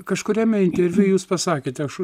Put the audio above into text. kažkuriame interviu jūs pasakėte aš